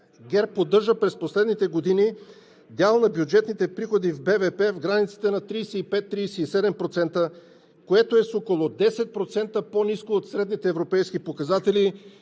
ГЕРБ поддържа през последните години дял на бюджетните приходи в БВП в границите на 35 – 37%, което е с около 10% по-ниско от средните европейски показатели,